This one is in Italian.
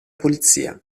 polizia